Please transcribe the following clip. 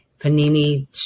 panini